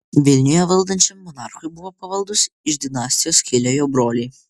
vilniuje valdančiam monarchui buvo pavaldūs iš dinastijos kilę jo broliai